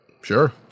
sure